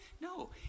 No